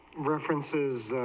references